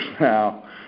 now